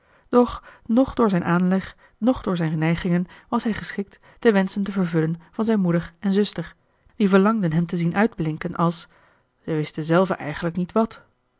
noch door zijn aanleg noch door zijne neigingen was hij geschikt de wenschen te vervullen van zijne moeder en zuster die verlangden hem te zien uitblinken als zij wisten zelven eigenlijk niet wat